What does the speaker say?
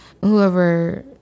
Whoever